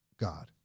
God